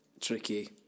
tricky